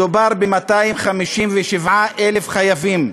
מדובר ב-257,000 חייבים,